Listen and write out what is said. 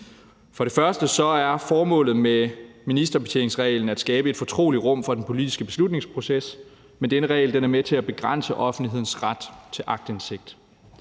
For det første er formålet med ministerbetjeningsreglen at skabe et fortroligt rum for den politiske beslutningsproces, men denne regel er med til at begrænse offentlighedens ret til aktindsigt.